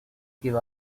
give